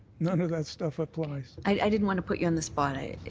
none of that stuff apligs. i didn't want to put you on the spot.